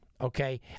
okay